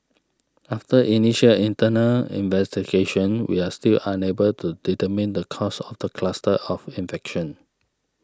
after initial internal investigation we are still unable to determine the cause of the cluster of infection